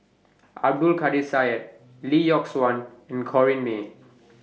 Abdul Kadir Syed Lee Yock Suan and Corrinne May